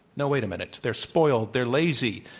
no, wait a minute. they're spoiled, they're lazy,